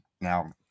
now